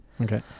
okay